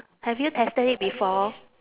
have you tasted it before